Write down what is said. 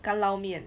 干捞面